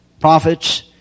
prophets